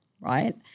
right